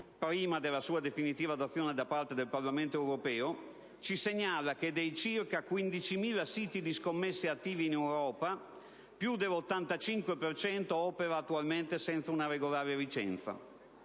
prima della sua definitiva adozione da parte del Parlamento europeo, ci segnala che dei circa 15.000 siti di scommesse attivi in Europa più dell'85 per cento opera attualmente senza una regolare licenza.